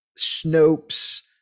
Snopes